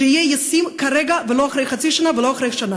שיהיה ישים כרגע ולא אחרי חצי שנה ולא אחרי שנה.